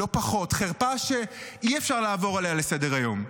לא פחות, חרפה שאי-אפשר לעבור עליה לסדר-היום.